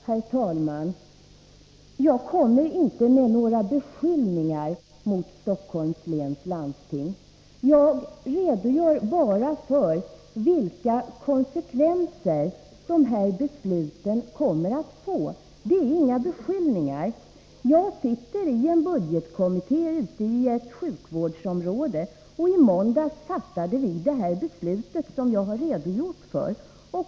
Herr talman! Jag kommer inte med några beskyllningar mot Stockholms läns landsting. Jag bara redogör för vilka konsekvenser de här besluten kommer att få. Det är inga beskyllningar. Jag sitter i en budgetkommitté i ett sjukvårdsområde. I måndags fattade vi det beslut som jag redogjort för.